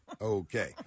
okay